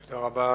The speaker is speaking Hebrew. תודה רבה.